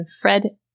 Fred